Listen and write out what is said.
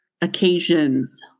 occasions